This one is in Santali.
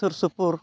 ᱥᱩᱨ ᱥᱩᱯᱩᱨ